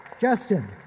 Justin